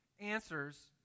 answers